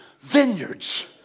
vineyards